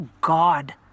God